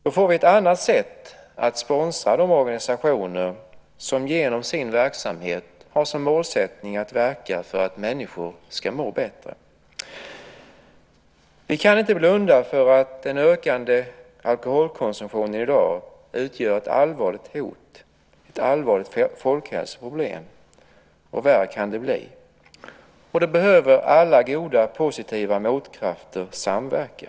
Då får vi ett annat sätt att sponsra de organisationer som genom sin verksamhet har som målsättning att verka för att människor ska må bättre. Vi kan inte blunda för att en ökande alkoholkonsumtion i dag utgör ett allvarligt hot och ett allvarligt folkhälsoproblem, och värre kan det bli. Då behöver alla goda positiva motkrafter samverka.